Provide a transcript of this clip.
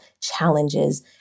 challenges